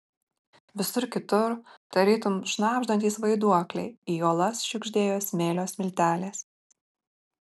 visur kitur tarytum šnabždantys vaiduokliai į uolas šiugždėjo smėlio smiltelės